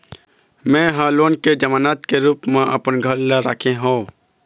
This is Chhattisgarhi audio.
में ह लोन के जमानत के रूप म अपन घर ला राखे हों